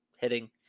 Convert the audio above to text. hitting